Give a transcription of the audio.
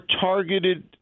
targeted